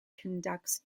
conducts